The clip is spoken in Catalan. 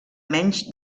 menys